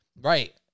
right